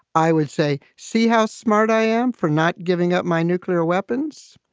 i would say, see how smart i am for not giving up my nuclear weapons?